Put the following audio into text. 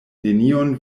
nenion